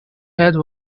had